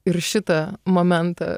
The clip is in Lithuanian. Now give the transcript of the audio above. ir šitą momentą